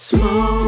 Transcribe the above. Smoke